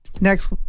next